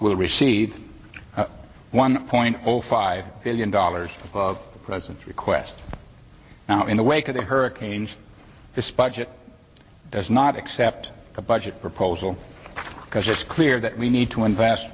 will recede one point five billion dollars of present request now in the wake of the hurricanes this budget does not accept a budget proposal because it's clear that we need to invest